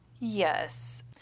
Yes